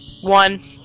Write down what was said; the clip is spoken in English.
One